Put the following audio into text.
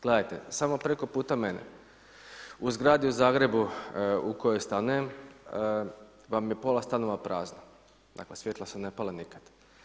Gledajte, samo preko puta mene u zgradi u Zagrebu u kojoj stanujem vam je pola stanova prazno, dakle svjetla se ne pale nikad.